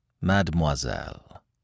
Mademoiselle